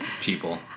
People